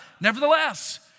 Nevertheless